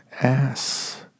ass